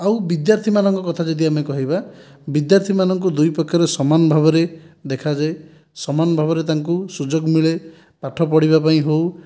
ଆଉ ବିଦ୍ୟାର୍ଥୀ ମାନଙ୍କ କଥା ଯଦି ଆମେ କହିବା ବିଦ୍ୟାର୍ଥୀ ମାନଙ୍କୁ ଦୁଇ ପ୍ରକାର ସମାନ ଭାବରେ ଦେଖାଯାଏ ସମାନ ଭାବରେ ତାଙ୍କୁ ସୁଯୋଗ ମିଳେ ପାଠ ପଢ଼ିବା ପାଇଁ ହେଉ